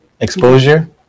exposure